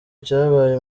cyabaye